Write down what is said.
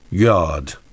God